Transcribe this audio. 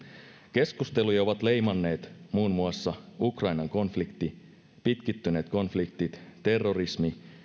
keskusteluja ovat leimanneet muun muassa ukrainan konflikti pitkittyneet konfliktit terrorismi